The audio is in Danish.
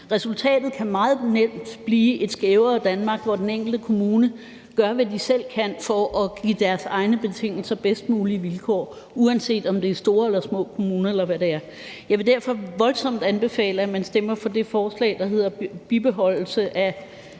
Resultatet kan meget nemt blive et skævere Danmark, hvor man i den enkelte kommune gør, hvad man selv kan for at give sine egne betingelser bedst mulige vilkår, uanset om det er store eller små kommuner, eller hvad det er. Jeg vil derfor voldsomt anbefale, at man stemmer for det forslag, der hedder bibeholdelse af